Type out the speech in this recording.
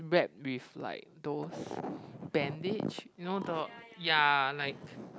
is wrapped with like those bandage you know the yeah like